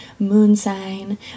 Moonsign